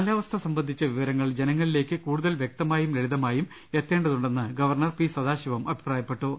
കാലാവസ്ഥ സംബന്ധിച്ചു വിവരങ്ങൾ ജനങ്ങളിലേക്ക് കൂടുതൽ വ്യക്തമായും ലളിതമായും എത്തേണ്ടതു ണ്ടെന്ന് ഗവർണർ പി സദാശിവം അഭിപ്രായപ്പെട്ടു